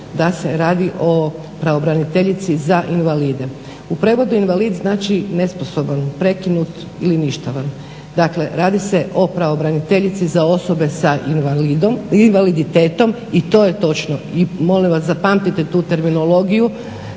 da se radi o pravobraniteljici za invalide. U prijevodu invalid znači nesposoban, prekinut ili ništavan. Dakle, radi se o pravobraniteljici za osobe sa invaliditetom i to je točno i molim vas zapamtite tu terminologiju.